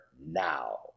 now